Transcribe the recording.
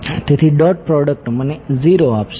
તેથી dot product મને 0 આપશે